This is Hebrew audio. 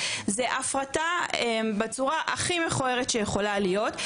זו הפרטה בצורה הכי מכוערת שיכולה להיות,